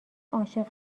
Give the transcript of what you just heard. عاشق